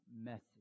message